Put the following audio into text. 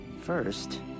First